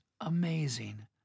amazing